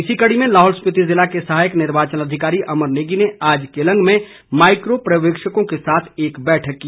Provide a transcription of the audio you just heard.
इसी कड़ी में लाहौल स्पिति जिला के सहायक निर्वाचन अधिकारी अमर नेगी ने आज केलंग में माईक्रो पर्यवेक्षकों के साथ एक बैठक की